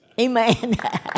Amen